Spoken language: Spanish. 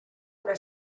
una